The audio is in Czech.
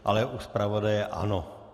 Ale u zpravodaje ano.